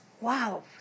Wow